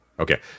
Okay